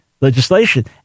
legislation